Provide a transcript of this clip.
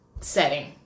setting